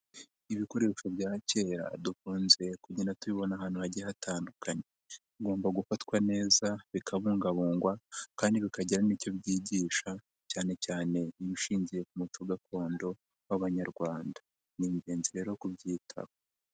Ibikoresho bya kera dukunze kugenda tubibona ahantu hagiye hatandukanye, bigomba gufatwa neza bikabungabungwa kandi bikagira n'icyo byigisha cyanecyane ibishingiye ku muco gakondo w'abanyarwanda, ni ingenzi rero kubyitaho.